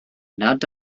nad